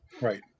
Right